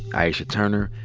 aisha turner,